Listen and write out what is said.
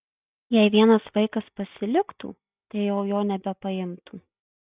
jei vienas vaikas pasiliktų tai jau jo nebepaimtų